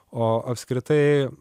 o apskritai